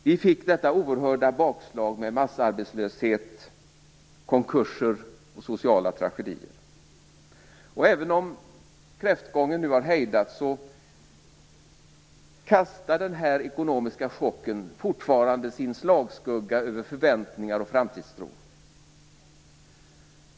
Vi fick detta oerhörda bakslag med massarbetslöshet, konkurser och sociala tragedier. Även om kräftgången nu har hejdats kastar den här ekonomiska chocken fortfarande sin slagskugga över förväntningar och framtidstro.